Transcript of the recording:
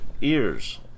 ears